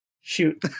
shoot